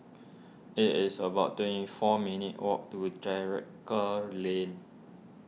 it is about twenty four minutes' walk to Drake Lane